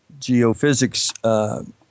geophysics